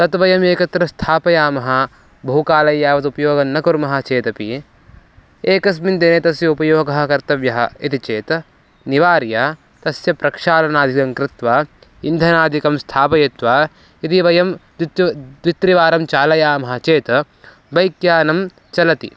तत् वयम् एकत्र स्थापयामः बहुकालः यावत् उपयोगं न कुर्मः चेदपि एकस्मिन् दिने तस्य उपयोगः कर्तव्यः इति चेत् निवार्य तस्य प्रक्षालनादिदं कृत्वा इन्धनादिकं स्थापयित्वा यदि वयं द्वित्रि द्वित्रिवारं चालयामः चेत बैक्यानं चलति